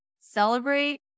celebrate